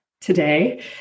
today